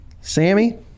sammy